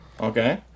Okay